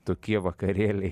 tokie vakarėliai